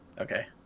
Okay